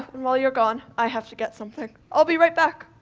while you're gone, i have to get something. i'll be right back.